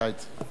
תדע את זה.